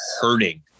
hurting